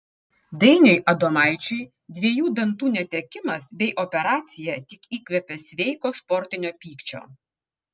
dainiui adomaičiui dviejų dantų netekimas bei operacija tik įkvėpė sveiko sportinio pykčio